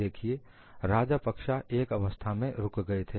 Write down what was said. देखिए राजपक्षे एक अवस्था में रुक गए थे